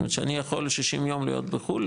זאת אומרת שאני יכול 60 יום להיות בחו"ל,